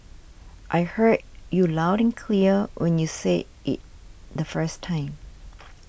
I heard you loud and clear when you said it the first time